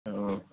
औ